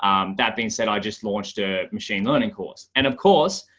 um that being said, i just launched a machine learning course. and of course,